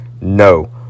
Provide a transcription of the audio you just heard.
No